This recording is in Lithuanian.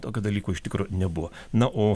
tokio dalyko iš tikro nebuvo na o